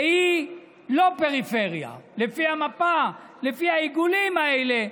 שהיא לא פריפריה, לפי המפה, לפי העיגולים האלה.